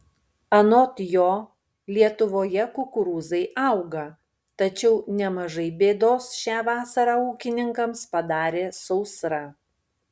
anot jo lietuvoje kukurūzai auga tačiau nemažai bėdos šią vasarą ūkininkams padarė sausra